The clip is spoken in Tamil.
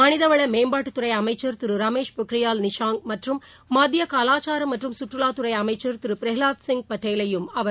மனித வள மேம்பாட்டுத்துறை அமைச்சர் திரு ரமேஷ் பொக்ரியால் மற்றும் மத்திய கலாச்சாரம் மற்றும் சுற்றுலாத்துறை அமைச்சர் திரு பிரகலாத் சிங் பட்டேலையும் அவர் சந்திக்கிறார்